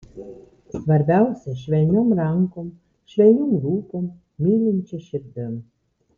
svarbiausia švelniom rankom švelniom lūpom mylinčia širdim